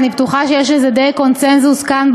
אני בטוחה שיש קונסנזוס כאן,